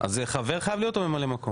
אז זה חבר חייב להיות או ממלא מקום?